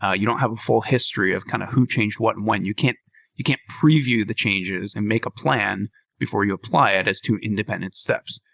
ah you don't have a full history of kind of who changed what, when. you can't you can't preview the changes and make a plan before you apply it as two independent steps,